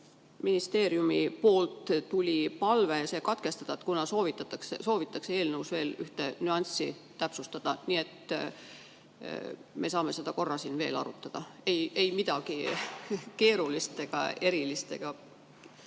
Sotsiaalministeeriumilt tuli palve katkestada, kuna soovitakse eelnõus veel ühte nüanssi täpsustada. Nii et me saame seda korra siin veel arutada. Ei midagi keerulist, erilist ega